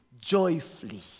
joyfully